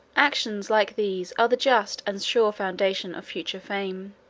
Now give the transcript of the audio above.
actions like these are the just and sure foundation of future fame